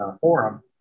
forum